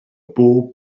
bob